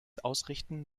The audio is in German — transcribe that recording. ausrichten